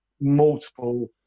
multiple